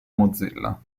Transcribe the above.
mozilla